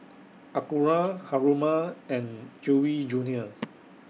Acura Haruma and Chewy Junior